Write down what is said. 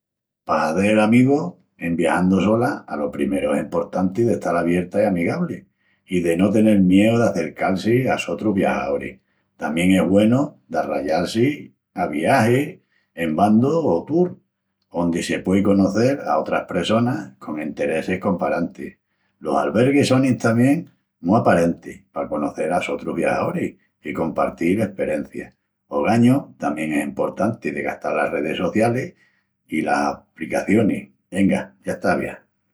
Pa hazel amigus en viajandu sola, alo primeru es emportanti d'estal abierta i amigabli, i de no tenel miéu d'acercal-si a sotrus viajaoris. Tamién es güenu d'arrayal-si a viagis en bandu o tours, ondi se puei conocel a otras pressonas con enteressis comparantis. Los alberguis sonin tamién mu aparentis pa conocel a sotrus viajaoris i compartil esperencias. Ogañu tamién es emportanti de gastal las redis socialis i las apricacionis. Enga, ya estás aviá!